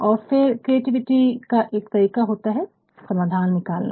और फिर क्रिएटिविटी का एक तरीका होता है समाधान निकालना